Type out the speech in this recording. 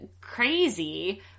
crazy